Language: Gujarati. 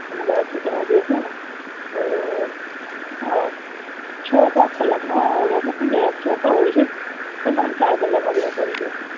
અમદાવાદથી તમે બેસો ને તો છ સાત કલાકનો અમુક કહેતા હોય છે પણ તમને ચાર કલાકમાં બેસાડી દેશે